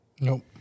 Nope